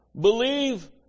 Believe